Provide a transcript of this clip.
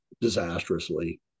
disastrously